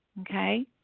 Okay